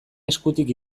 eskutik